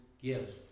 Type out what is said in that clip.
gives